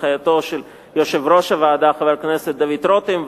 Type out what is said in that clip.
בהנחייתו של יושב-ראש הוועדה חבר הכנסת דוד רותם,